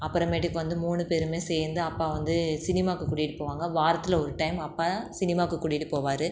அப்புறமேட்டுக்கு வந்து மூணு பேரும் சேர்ந்து அப்பா வந்து சினிமாவுக்கு கூட்டிகிட்டுப் போவாங்க வாரத்தில் ஒரு டைம் அப்பா சினிமாவுக்கு கூட்டிகிட்டுப் போவார்